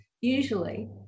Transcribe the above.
usually